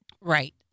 Right